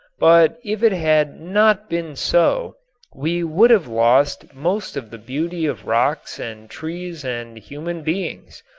but if it had not been so we would have lost most of the beauty of rocks and trees and human beings.